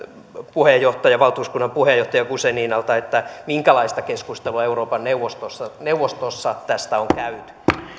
valtuuskunnan puheenjohtaja guzeninalta minkälaista keskustelua euroopan neuvostossa neuvostossa tästä on käyty